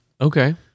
Okay